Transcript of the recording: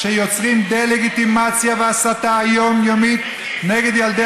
שיוצרים דה-לגיטימציה והסתה יומיומית נגד ילדי